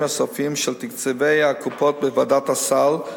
הסופיים של תקציבי הקופות בוועדת הסל,